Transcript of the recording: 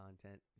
content